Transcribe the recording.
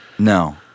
No